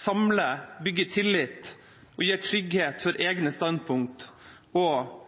samler, bygger tillit og gir trygghet for egne standpunkt og